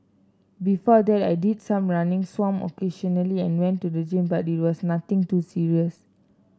before that I did some running swam occasionally and went to the gym but it was nothing too serious